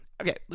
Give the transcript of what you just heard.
okay